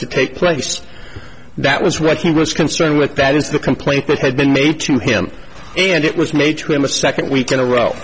to take place that was what he was concerned with that is the complaint that had been made to him and it was made when the second week in a row